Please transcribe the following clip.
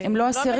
--- הם לא אסירים.